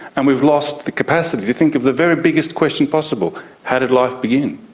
and we've lost the capacity to think of the very biggest question possible how did life begin?